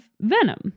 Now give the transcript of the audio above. venom